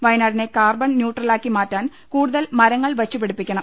വയനാടിനെ കാർബൺ ന്യൂട്രലാക്കി മാറ്റാൻ കൂടുതൽ മര്ങ്ങൾ വെച്ചുപിടിപ്പിക്കണം